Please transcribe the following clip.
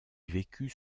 vécut